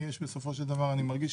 אני מרגיש